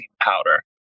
powder